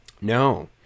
No